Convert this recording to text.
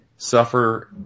suffer